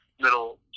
middle